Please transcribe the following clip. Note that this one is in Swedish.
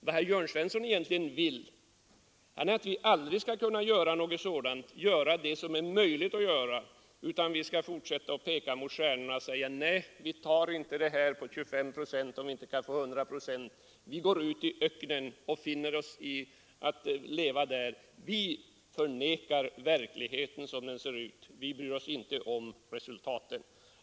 Herr Jörn Svensson vill egentligen att vi aldrig skall kunna samarbeta och göra det som synes vara möjligt, utan vi skall fortsätta att peka mot stjärnorna och säga: Vi nöjer oss inte med 25 procent, vi vill ha 100 procent. Vi går ut i öknen och finner oss i att leva där, vi förnekar verkligheten som den ser ut och bryr oss inte om resultatet.